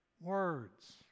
words